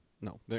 No